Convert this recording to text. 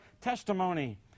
testimony